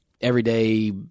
everyday